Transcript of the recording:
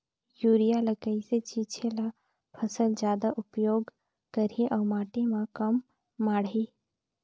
Urea ल कइसे छीचे ल फसल जादा उपयोग करही अउ माटी म कम माढ़ही?